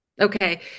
Okay